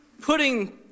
putting